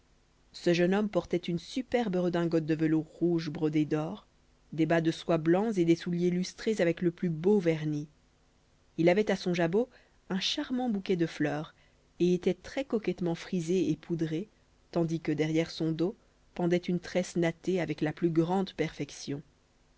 ce jeune homme portait une superbe redingote de velours rouge brodé d'or des bas de soie blancs et des souliers lustrés avec le plus beau vernis il avait à son jabot un charmant bouquet de fleurs et était très coquettement frisé et poudré tandis que derrière son dos pendait une tresse nattée avec la plus grande perfection